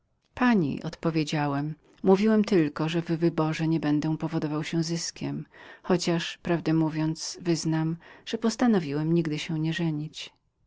mości odpowiedziałem że nigdy w małżeństwie nie będę powodował się zyskiem chociaż prawdę nawet mówiąc wyznam że postanowiłem nigdy się nie żenić